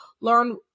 learn